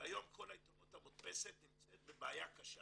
והיום כל העיתונות המודפסת נמצאת בבעיה קשה